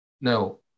No